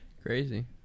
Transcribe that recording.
crazy